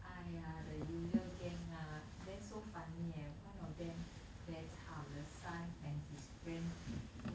!aiya! the usual gang ah then so funny eh one of them very cham the son and his friend